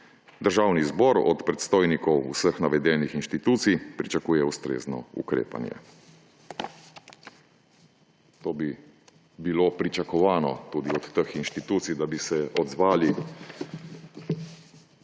Državni zbor od predstojnikov vseh navedenih inštitucij pričakuje ustrezno ukrepanje. To bi bilo pričakovano tudi od teh inštitucij, da bi se odzvale